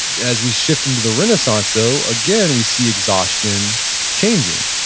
as we shift into the renaissance though, again we see exhaustion changing.